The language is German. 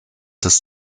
des